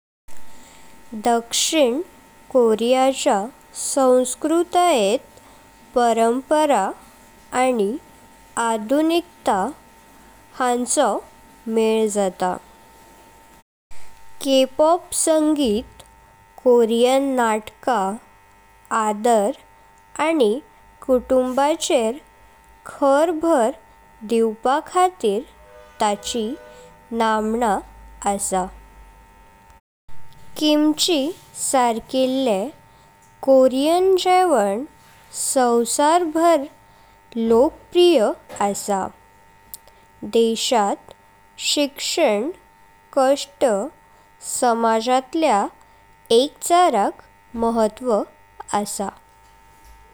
दक्षिण कोरिया'चा संस्कृताय़ेत परंपरा आनी आधुनिकता हांचो मेल जाता। के-पॉप संगीत, कोरियन नाटक, आदर, आनी कुटुंबाचेर खार भार दिवपाखातर ताची नामना असा। किमची सारकिले कोरियन जेवण सवसार भार लोकप्रिय असा। देशांत शिक्षण, कष्ट, समाजतल्या एकचारक महत्व असा।